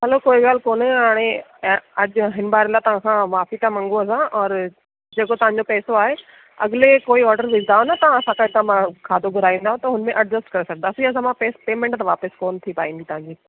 हलो कोई ॻाल्हि कोन्हे हाणे अॼु हिन बार लाइ तव्हांसां माफ़ी था मंगू असां ओर जेको तव्हांजो पेसो आहे अॻिले कोई ऑडर विझंदाओ न तव्हां असां पैसा मां खाधो घुराईंदो त हुन में एडजस्ट करे सघंदासीं असां मां पेमैंट थो वापिस कोन थी पाईंदी तव्हांजी